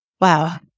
Wow